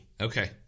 Okay